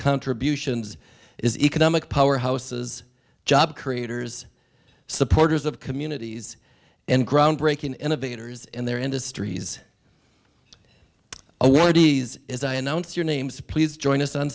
contributions is economic powerhouses job creators supporters of communities and groundbreaking innovators in their industries awardees as i announce your names please join us on